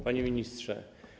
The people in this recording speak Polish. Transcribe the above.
Panie Ministrze!